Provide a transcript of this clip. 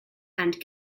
and